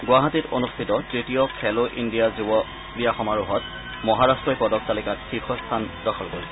গুৱাহাটীত অনুষ্ঠিত তৃতীয় খেলো ইণ্ডিয়া যুৱ ক্ৰীড়া সমাৰোহত মহাৰাট্টই পদক তালিকাত শীৰ্যস্থান দখল কৰিছে